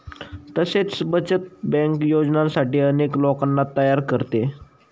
तसेच बचत बँक योजनांसाठी अनेक लोकांना तयार करते